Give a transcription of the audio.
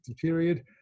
period